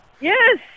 Yes